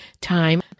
time